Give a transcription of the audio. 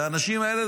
והאנשים האלה,